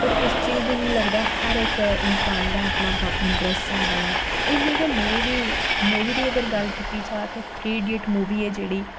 पर इस चीज़ दी मिगी लगदा हर इक इंसान दा अपना अपना इंट्रस्ट होंदा ऐ इ'यां गै में बी मूवी दी अगर गल्ल कीती जा ते थ्री इडियट मूवी ऐ जेहड़ी